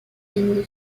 lucille